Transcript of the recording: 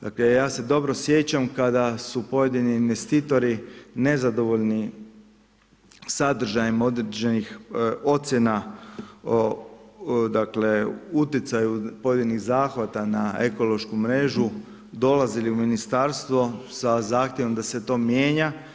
Dakle, ja se dobro sjećam, kada su pojedini investitori nezadovoljni sadržajem određenih ocjena, dakle, utjecaja pojedinih zahvata na ekološku mrežu dolazili u ministarstvo sa zahtjevom da se to mijenja.